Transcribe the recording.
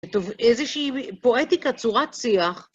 טוב, איזושהי פואטיקה, צורת שיח.